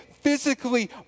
physically